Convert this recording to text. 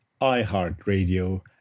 iHeartRadio